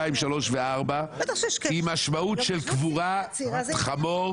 2,3 ו-4 היא משמעות של קבורת חמור.